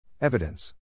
Evidence